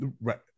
Right